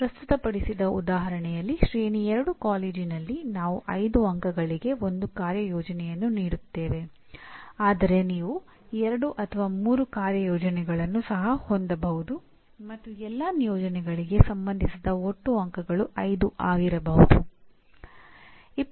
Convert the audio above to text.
ಇಲ್ಲಿ ಪ್ರಸ್ತುತಪಡಿಸಿದ ಉದಾಹರಣೆಯಲ್ಲಿ ಶ್ರೇಣಿ 2 ಕಾಲೇಜಿನಲ್ಲಿ ನಾನು 5 ಅಂಕಗಳಿಗೆ ಒಂದು ಕಾರ್ಯಯೋಜನೆಯನ್ನು ನೀಡುತ್ತೇನೆ ಆದರೆ ನೀವು 2 ಅಥವಾ 3 ಕಾರ್ಯಯೋಜನೆಗಳನ್ನು ಸಹ ಹೊಂದಬಹುದು ಮತ್ತು ಎಲ್ಲಾ ನಿಯೋಜನೆಗಳಿಗೆ ಸಂಬಂಧಿಸಿದ ಒಟ್ಟು ಅಂಕಗಳು 5 ಆಗಿರಬಹುದು